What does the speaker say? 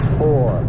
four